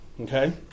okay